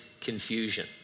confusion